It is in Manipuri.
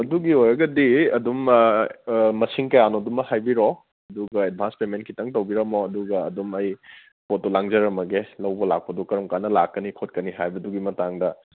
ꯑꯗꯨꯒꯤ ꯑꯣꯏꯔꯒꯗꯤ ꯑꯗꯨꯝ ꯃꯁꯤꯡ ꯀꯌꯥꯅꯣ ꯑꯗꯨꯃ ꯍꯥꯏꯕꯤꯔꯛꯑꯣ ꯑꯗꯨꯒ ꯑꯦꯗꯕꯥꯟꯁ ꯄꯦꯃꯦꯟ ꯈꯖꯤꯛꯇꯪ ꯇꯧꯕꯤꯔꯝꯃꯣ ꯑꯗꯨꯒ ꯑꯗꯨꯝ ꯑꯩ ꯄꯣꯠꯇꯨ ꯂꯥꯡꯖꯔꯝꯃꯒꯦ ꯂꯧꯕ ꯂꯥꯛꯄꯗꯨ ꯀꯔꯝ ꯀꯥꯟꯗ ꯂꯥꯛꯀꯅꯤ ꯈꯣꯠꯀꯅꯤ ꯍꯥꯏꯕꯗꯨꯒꯤ ꯃꯇꯥꯡꯗ